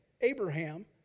Abraham